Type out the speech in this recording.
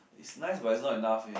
is nice but is not enough leh